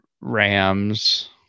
Rams